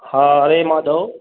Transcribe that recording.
हा हरे माधव